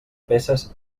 peces